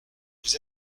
vous